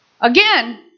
again